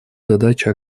задача